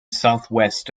southwest